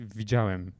widziałem